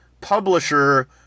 publisher